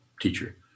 teacher